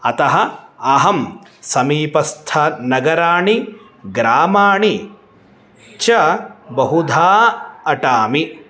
अतः अहं समीपस्थनगराणि ग्रामाणि च बहुधा अटामि